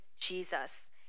jesus